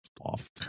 off